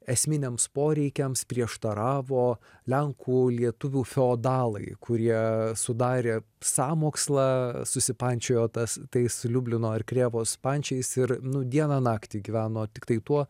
esminiams poreikiams prieštaravo lenkų lietuvių feodalai kurie sudarė sąmokslą susipančiojo tas tais liublino ir krėvos pančiais ir nu dieną naktį gyveno tiktai tuo